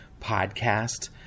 podcast